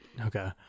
okay